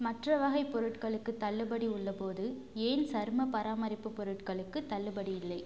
மற்ற வகை பொருட்களுக்கு தள்ளுபடி உள்ளபோது ஏன் சரும பராமரிப்பு பொருட்களுக்கு தள்ளுபடி இல்லை